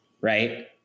right